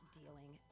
dealing